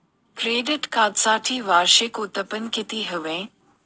Credit कार्डसाठी वार्षिक उत्त्पन्न किती हवे?